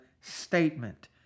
statement